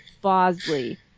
Bosley